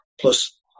plus